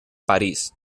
parís